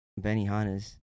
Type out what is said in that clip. Benihana's